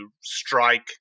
strike